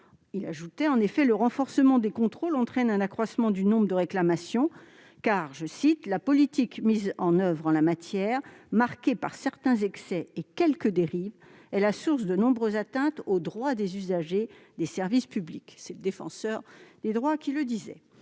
de questions ». En effet, le renforcement des contrôles entraîne un accroissement du nombre de réclamations, car « la politique mise en oeuvre en la matière, marquée par certains excès et quelques dérives, [est] la source de nombreuses atteintes aux droits des usagers des services publics ». Enfin, le recours croissant